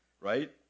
right